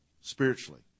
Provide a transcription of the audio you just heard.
spiritually